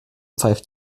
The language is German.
pfeift